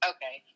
Okay